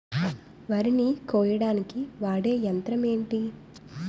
వరి ని కోయడానికి వాడే యంత్రం ఏంటి?